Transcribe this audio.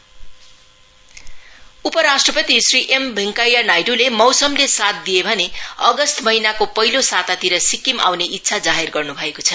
governor उप राष्ट्रपति Shri M Venkaiah नाइड्ले मौसमले साथ दिए अग्रस्त महिनाको पहिलो सातातिर सिक्किम आउने इच्छा जाहेर गर्न् भएको छ